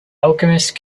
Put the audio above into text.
alchemist